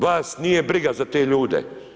Vas nije briga za te ljude.